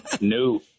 new